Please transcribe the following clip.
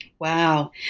Wow